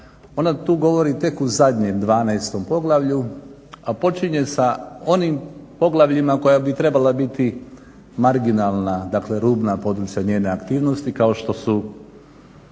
ona tu govori tek u zadnjem 12. Poglavlju, a počinje sa onim poglavljima koja bi trebala biti marginalna, dakle rubna područja njene aktivnosti kao što su